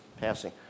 passing